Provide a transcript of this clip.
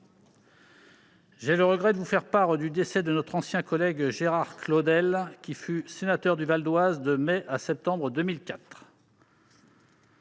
j'ai le regret de vous faire part du décès de notre ancien collègue Gérard Claudel, qui fut sénateur du Val-d'Oise de mai à septembre 2004.